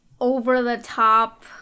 over-the-top